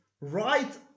right